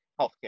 healthcare